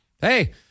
hey